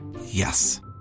Yes